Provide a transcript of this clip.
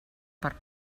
per